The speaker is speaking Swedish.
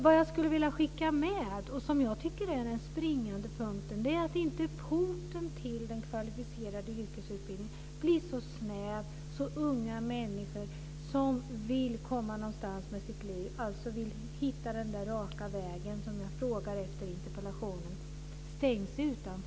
Vad jag skulle vilja skicka med och som jag tycker är den springande punkten är att porten till den kvalificerade yrkesutbildningen inte blir så snäv att unga människor som vill komma någonstans med sitt liv, som alltså vill hitta den raka väg som jag frågar efter i interpellationen, stängs ute.